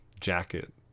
jacket